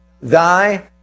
Thy